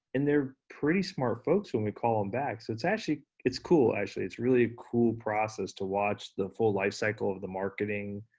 and they're pretty smart folks when we call em back, so it's actually, it's cool actually. it's really a cool process to watch the full lifecycle of the marketing,